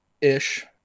ish